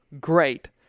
great